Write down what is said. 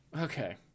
Okay